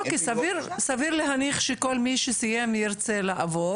סביר להניח שכל מי שסיים ירצה לעבוד,